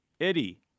Eddie